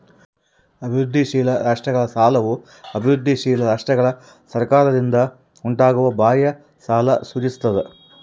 ಅಭಿವೃದ್ಧಿಶೀಲ ರಾಷ್ಟ್ರಗಳ ಸಾಲವು ಅಭಿವೃದ್ಧಿಶೀಲ ರಾಷ್ಟ್ರಗಳ ಸರ್ಕಾರಗಳಿಂದ ಉಂಟಾಗುವ ಬಾಹ್ಯ ಸಾಲ ಸೂಚಿಸ್ತದ